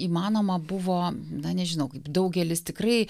įmanoma buvo na nežinau kaip daugelis tikrai